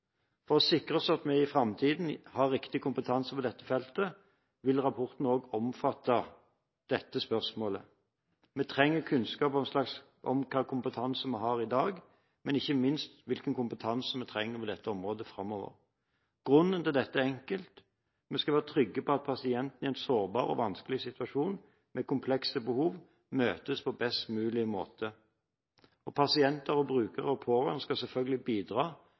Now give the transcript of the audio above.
For å sikre oss at vi i framtiden har riktig kompetanse på dette feltet, vil rapporten også omfatte dette spørsmålet. Vi trenger kunnskap om hvilken kompetanse vi har i dag, men, ikke minst, hvilken kompetanse vi trenger på dette området framover. Grunnen til dette er enkel: Vi skal være trygge på at pasienter i en sårbar og vanskelig situasjon, med komplekse behov, blir møtt på best mulig måte. Pasienter, brukere og pårørende skal selvfølgelig bidra